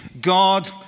God